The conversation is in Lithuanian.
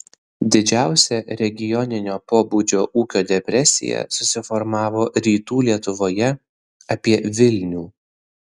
didžiausia regioninio pobūdžio ūkio depresija susiformavo rytų lietuvoje apie vilnių